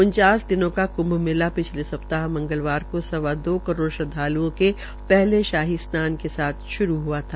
उन्चास दिनों का कुंभ मेला पिछले सप्ताह मंगलवार को सवा करोड़ श्रद्वाल्ओं के पहले शाही स्नान के साथ श्रू हआ था